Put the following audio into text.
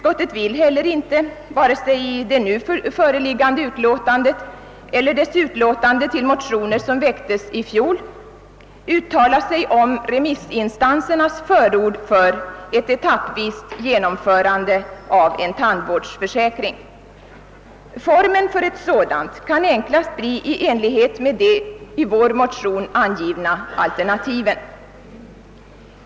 Man vill heller inte — vare sig i det nu föreliggande utlåtandet eller i utlåtandet över de motioner som väcktes vid fjolårets riksdag — uttala sig om remissinstansernas förord för att tandvårdsförsäkringen genomföres etappvis. Detta kan enklast ske i enlighet med de i vår motion angivna alternativen.